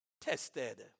tested